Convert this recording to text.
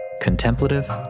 Contemplative